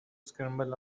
scramble